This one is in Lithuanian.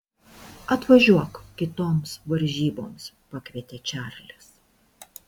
atvažiuok kitoms varžyboms pakvietė čarlis